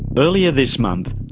earlier this month,